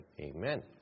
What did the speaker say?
Amen